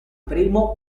primo